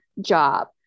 job